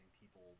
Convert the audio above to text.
people